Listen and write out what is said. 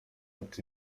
ati